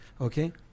Okay